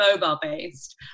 mobile-based